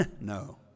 No